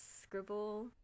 Scribble